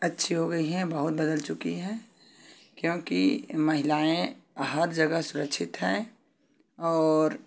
अच्छी हो गई है बहुत बदल चुकी है क्योंकि महिलाएँ हर जगह सुरक्षित हैं और